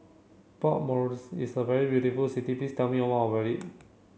Port Moresby is a very beautiful city please tell me more about it